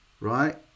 right